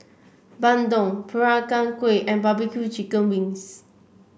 bandung Peranakan Kueh and barbecue Chicken Wings